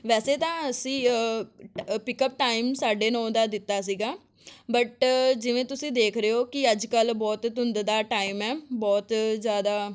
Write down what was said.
ਵੈਸੇ ਤਾਂ ਅਸੀਂ ਪਿਕ ਅਪ ਟਾਈਮ ਸਾਡੇ ਨੌ ਦਾ ਦਿੱਤਾ ਸੀਗਾ ਬਟ ਜਿਵੇਂ ਤੁਸੀਂ ਦੇਖ ਰਹੇ ਹੋ ਕਿ ਅੱਜ ਕੱਲ੍ਹ ਬਹੁਤ ਧੁੰਦ ਦਾ ਟਾਈਮ ਹੈ ਬਹੁਤ ਜ਼ਿਆਦਾ